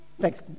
Thanks